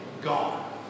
gone